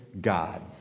God